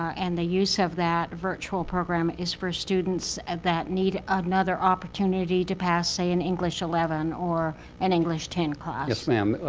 and the use of that virtual program, is for students and that need another opportunity to pass say, an english eleven, or an english ten class. yes, ma'am.